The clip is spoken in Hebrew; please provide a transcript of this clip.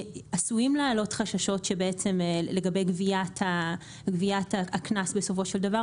עשויים לעלות חששות לגבי גביית הקנס בסופו של דבר